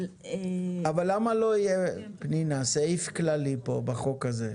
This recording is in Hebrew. אבל למה שלא יהיה פה סעיף כללי בחוק הזה,